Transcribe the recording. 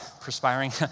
perspiring